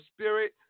spirit